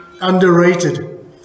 underrated